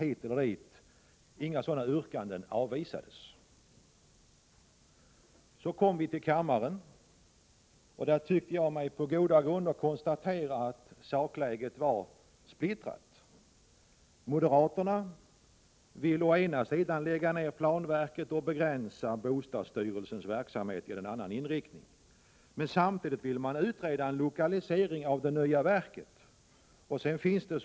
Sedan kom vi till kammaren. Där tyckte jag mig på goda grunder kunna konstatera att sakläget var splittrat. Moderaterna ville å ena sidan lägga ner planverket och begränsa bostadsstyrelsens verksamhet och ge den en annan inriktning. Men å andra sidan ville moderaterna utreda en lokalisering av det nya verket.